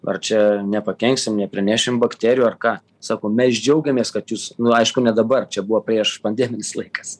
ar čia nepakenksim neprinešim bakterijų ar ką sako mes džiaugiamės kad jūs nu aišku ne dabar čia buvo prieš pandeminis laikas